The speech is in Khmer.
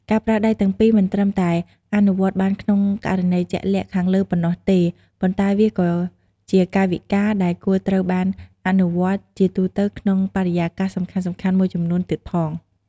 ការប្រើដៃទាំងពីរ មិនត្រឹមតែអនុវត្តបានក្នុងករណីជាក់លាក់ខាងលើប៉ុណ្ណោះទេ ប៉ុន្តែវាក៏ជាកាយវិការដែលគួរត្រូវបានអនុវត្តជាទូទៅក្នុងបរិយាកាសសំខាន់ៗមួយចំនួនទៀតផង។